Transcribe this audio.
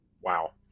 Wow